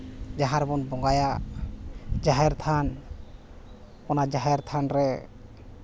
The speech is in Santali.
ᱡᱟᱦᱮᱨ ᱨᱮᱵᱚᱱ ᱵᱚᱸᱜᱟᱭᱟ ᱡᱟᱦᱮᱨ ᱛᱷᱟᱱ ᱚᱱᱟ ᱡᱟᱦᱮᱨ ᱛᱷᱟᱱ ᱨᱮ